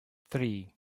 three